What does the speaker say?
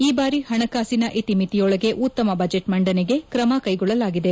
ಈ ಬಾರಿ ಹಣಕಾಸಿನ ಇತಿ ಮಿತಿಯೊಳಗೆ ಉತ್ತಮ ಬಜೆಟ್ ಮಂಡನೆಗೆ ಕ್ರಮ ಕೈಗೊಳ್ಳಲಾಗಿದೆ